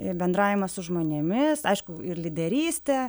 ir bendravimas su žmonėmis aišku ir lyderystė